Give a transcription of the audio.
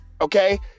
okay